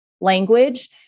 language